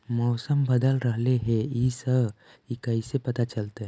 मौसम बदल रहले हे इ कैसे पता चलतै?